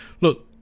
Look